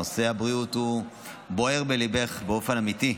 נושא הבריאות בוער בליבך באופן אמיתי.